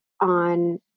on